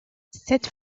cette